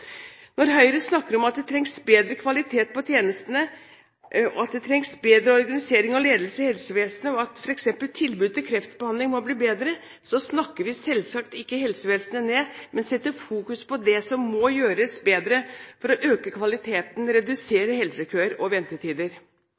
Når Høyre snakker om at det trengs bedre kvalitet på tjenestene, at det trengs bedre organisering og ledelse i helsevesenet, og at f.eks. tilbudet om kreftbehandling må bli bedre, så snakker vi selvsagt ikke helsevesenet ned, men setter fokus på det som må gjøres bedre for å øke kvaliteten og redusere helsekøer og ventetider.